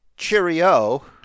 Cheerio